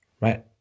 right